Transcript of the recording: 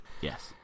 Yes